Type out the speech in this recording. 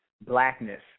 blackness